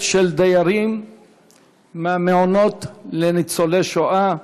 של דיירים מהמעונות לניצולי שואה.